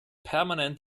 permanent